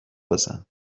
بزن